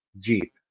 Jeep